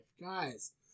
guys